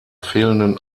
fehlenden